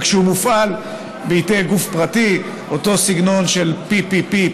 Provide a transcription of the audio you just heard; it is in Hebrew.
רק שהוא מופעל בידי גוף פרטי בסגנון של PPP,